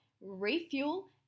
refuel